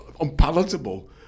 unpalatable